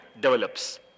develops